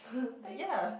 but ya